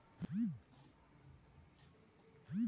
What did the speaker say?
ಬ್ಯಾಂಕಿನಾಗ ಇಟ್ಟ ನನ್ನ ಡಿಪಾಸಿಟ್ ರೊಕ್ಕಕ್ಕ ಎಷ್ಟು ಬಡ್ಡಿ ಬರ್ತದ?